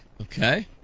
Okay